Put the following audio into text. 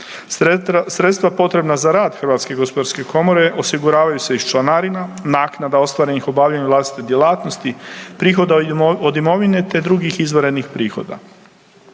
Sredstva potrebna za rad HGK osiguravaju se iz članarina, naknada ostvarenih u obavljanju vlastite djelatnosti, prihoda od imovine, te drugih izvanrednih prihoda.